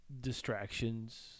distractions